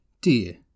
dear